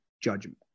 judgment